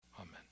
amen